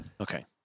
okay